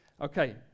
okay